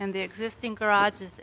and the existing garage